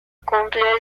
cumplió